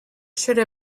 should